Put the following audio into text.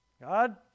God